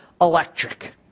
electric